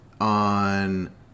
On